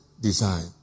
design